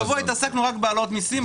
השבוע התעסקנו רק בהעלאות מיסים,